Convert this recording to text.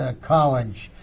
ah college.